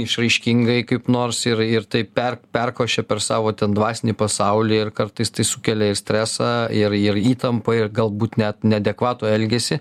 išraiškingai kaip nors ir ir taip per perkošia per savo ten dvasinį pasaulį ir kartais tai sukelia ir stresą ir ir įtampą ir galbūt net neadekvatų elgesį